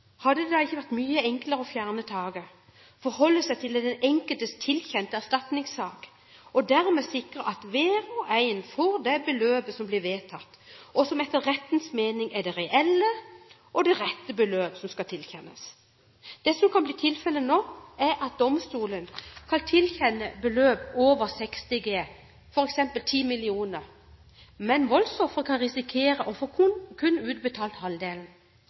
hadde det ikke vært mye enklere å fjerne taket, forholde seg til den enkeltes erstatningssak og dermed sikre at hver og en får det beløpet som blir vedtatt, og som etter rettens mening er det reelle og det rette beløpet som skal tilkjennes? Det som kan bli tilfellet nå, er at domstolen kan tilkjenne beløp over 60 G, f.eks. 10 mill. kr, mens voldsofferet kan risikere å få utbetalt kun halvdelen,